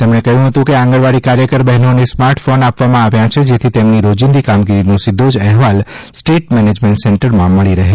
તેમણે કહ્યું કે આંગણવાઠી કાર્યકર બહેનોને સ્માર્ટ ફોન આપવામાં આવ્ય છે જેથી તેમની રોજિંદી કામગીરીનો સીધો જ અહેવાલ સ્ટેટ મેનેજમેન્ટ સેન્ટરમાં મળી રહે